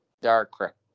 dark